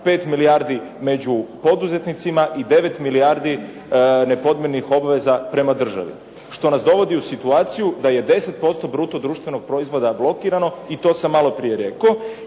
5 milijardi među poduzetnicima i 9 milijardi nepodmirenih obveza prema državi, što nas dovodi u situaciju da je 10% bruto društvenog proizvoda blokirano i to sam malo prije rekao.